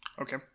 Okay